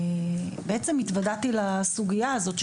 התוודעתי לסוגיה הזאת,